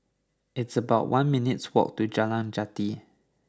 it's about one minutes' walk to Jalan Jati